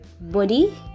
body